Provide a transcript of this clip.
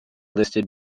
listed